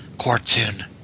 cartoon